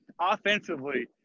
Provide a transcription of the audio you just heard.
offensively